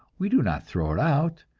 we do not throw it out,